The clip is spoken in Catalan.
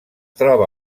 troba